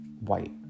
white